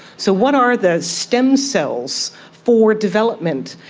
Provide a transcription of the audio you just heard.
so what are the stem cells for development?